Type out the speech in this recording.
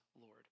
Lord